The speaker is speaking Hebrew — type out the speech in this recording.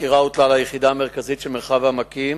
החקירה הוטלה על היחידה המרכזית של מרחב העמקים